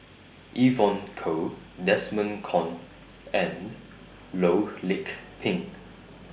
Evon Kow Desmond Kon and Loh Lik Peng